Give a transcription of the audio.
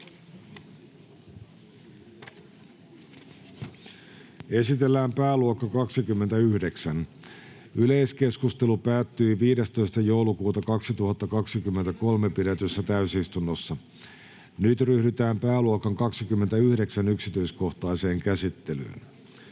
Esitellään pääluokka 23. Yleiskeskustelu päättyi 18.12.2023 pidetyssä täysistunnossa. Nyt ryhdytään pääluokan yksityiskohtaiseen käsittelyyn.